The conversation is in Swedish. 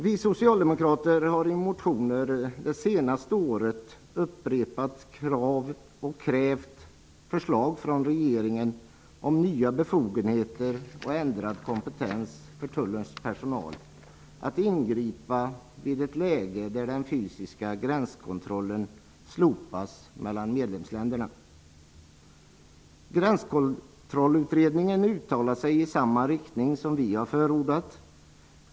Vi socialdemokrater har i motioner under de senaste åren upprepade gånger krävt förslag från regeringen om nya befogenheter och ändrad kompetens för Tullens personal att ingripa vid ett läge där den fysiska gränskontrollen slopats mellan medlemsländerna. Gränskontrollutredningen uttalade sig i samma riktning som vi har förordat.